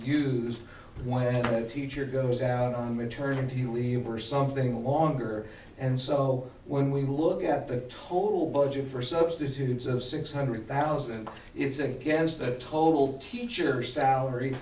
haven't teacher goes out on maternity leave or something longer and so when we look at the total budget for substitutes of six hundred thousand it's against a total teacher's salary